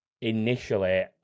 initially